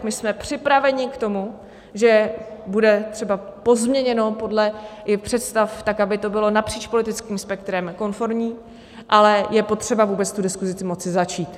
My jsme připraveni k tomu, že to bude třeba pozměněno i podle představ tak, aby to bylo napříč politickým spektrem konformní, ale je potřeba vůbec tu diskusi moci začít.